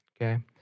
okay